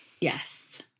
Yes